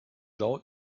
laut